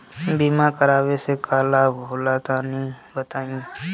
बीमा करावे से का लाभ होला तनि बताई?